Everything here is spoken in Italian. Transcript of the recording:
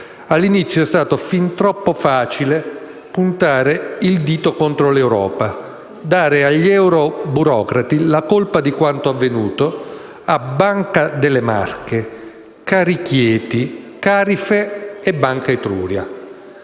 All'inizio è stato fin troppo facile puntare il dito contro l'Europa e dare agli euro-burocrati la colpa di quanto avvenuto a Banca delle Marche, Carichieti, Carife e Banca Etruria.